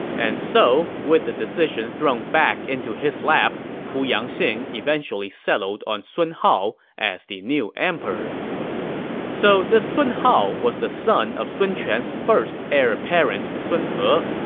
and so, with the decision thrown back into his lap, pu yangxing eventually settled on sun hao as the new emperor so this sun hao was the son of sun quan's first heir apparent sun he.